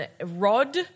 Rod